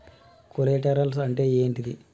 Collaterals అంటే ఏంటిది?